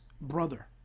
brother